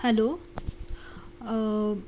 hello